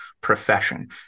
profession